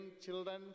children